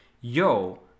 yo